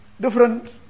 different